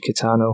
Kitano